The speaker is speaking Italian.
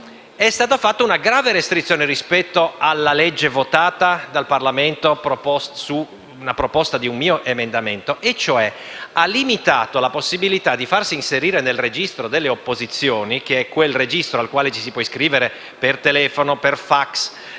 attuativi, è stata operata una grave restrizione rispetto alla legge votata dal Parlamento, su proposta di un mio emendamento. Si è limitata, cioè, la possibilità di farsi inserire nel registro delle opposizioni, che è quel registro al quale ci si può iscrivere per telefono, per fax